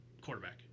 Quarterback